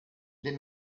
les